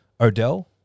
Odell